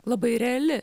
labai reali